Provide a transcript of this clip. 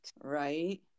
Right